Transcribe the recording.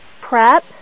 prep